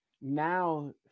Now